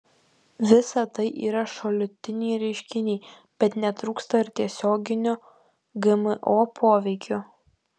visa tai yra šalutiniai reiškiniai bet netrūksta ir tiesioginio gmo poveikio